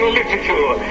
literature